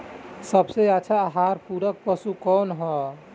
सबसे अच्छा आहार पूरक पशु कौन ह?